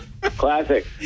Classic